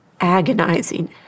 agonizing